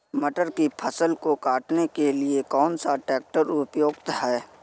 मटर की फसल को काटने के लिए कौन सा ट्रैक्टर उपयुक्त है?